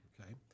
okay